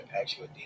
actual